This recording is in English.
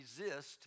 resist